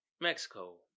Mexico